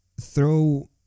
throw